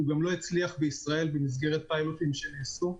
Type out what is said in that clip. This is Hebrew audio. הוא גם לא הצליח בישראל במסגרת פיילוטים שנעשו.